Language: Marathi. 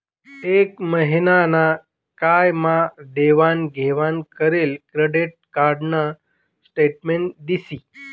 एक महिना ना काय मा देवाण घेवाण करेल क्रेडिट कार्ड न स्टेटमेंट दिशी